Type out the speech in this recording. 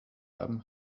haben